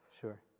sure